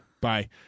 Bye